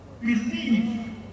believe